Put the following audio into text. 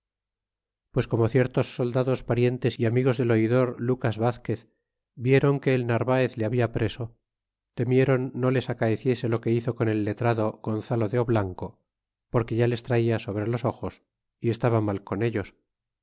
pues como ciertos soldados parientes y amigos del oidor lucas vazquez vieron que el narvaez le habia preso temieron no les acaeciese lo que hizo con el letrado gonzalo de oblanco porque ya les traía sobre los ojos y estaba mal con ellos